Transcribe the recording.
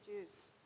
Jews